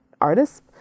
artists